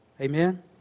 Amen